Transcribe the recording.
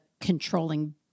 controlling